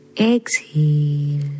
Exhale